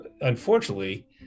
unfortunately